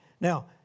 Now